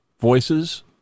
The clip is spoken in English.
voices